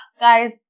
Guys